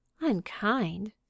Unkind